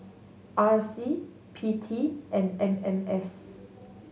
R C P T and M M S